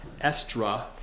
Estra